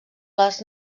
les